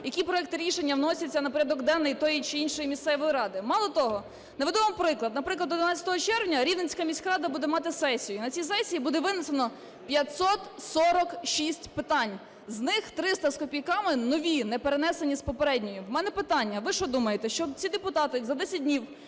які проекти рішення вносяться на порядок денний тої чи іншої місцевої ради? Мало того, наведу вам приклад. Наприклад, 11 червня Рівненська міська рада буде мати сесію. І на цій сесії буде винесено 546 питань, з них 300 з копійками - нові, не перенесені з попередньої. В мене питання: ви що думаєте, що ці депутати за 10 днів